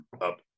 up